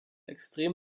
extrem